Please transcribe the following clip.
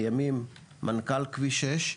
לימים מנכ"ל כביש 6,